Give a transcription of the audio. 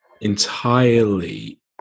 entirely